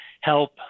help